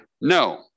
No